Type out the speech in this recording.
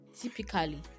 typically